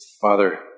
Father